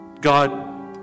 God